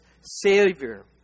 savior